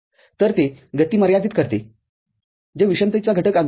तर ते गती मर्यादित करतेजे विषमतेचा घटक आणते